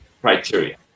criteria